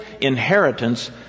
inheritance